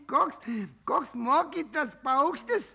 koks koks mokytas paukštis